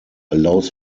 allows